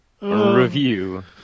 Review